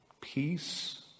peace